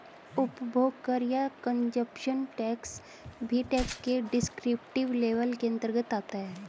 उपभोग कर या कंजप्शन टैक्स भी टैक्स के डिस्क्रिप्टिव लेबल के अंतर्गत आता है